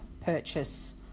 purchase